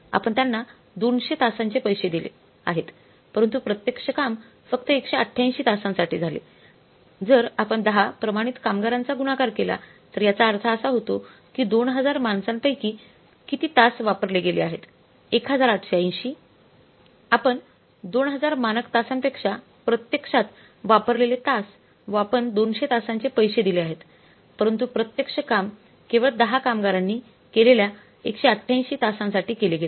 आपण त्यांना 200 तासांचे पैसे दिले आहेत परंतु प्रत्यक्ष काम फक्त 188 तासांसाठी झाले जर आपण 10 प्रमाणित कामगारांची गुणाकार केली तर याचा अर्थ असा होतो की 2000 माणसांपैकी किती तास वापरले गेले आहेत 1880 180 आपण 2000 मानक तासांपेक्षा प्रत्यक्षात वापरलेले तास व आपण 200 तासांचे पैसे दिले आहेत परंतु प्रत्यक्ष काम केवळ 10 कामगारांनी केलेल्या 188 तासांसाठी केले गेले